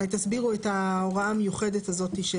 אולי תסבירו את ההוראה המיוחדת הזאת.